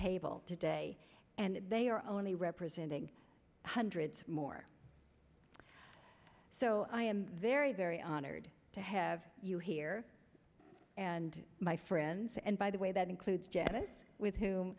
table today and they are only representing hundreds more so i am very very honored to have you here and my friends and by the way that includes janice with